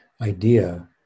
idea